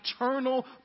eternal